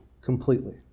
completely